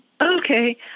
Okay